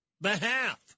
behalf